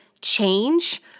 change